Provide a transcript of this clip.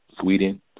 Sweden